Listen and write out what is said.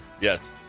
Yes